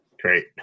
great